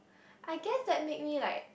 I guess that make me like